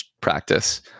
practice